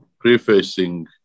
Prefacing